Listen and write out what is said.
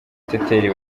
teteri